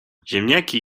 ziemniaki